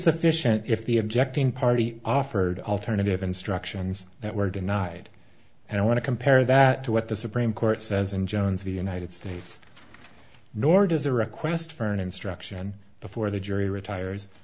sufficient if the objecting party offered alternative instructions that were denied and i want to compare that to what the supreme court says in jonesville united states nor does a request for an instruction before the jury retires